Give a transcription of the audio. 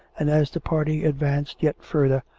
and, as the party advanced yet further,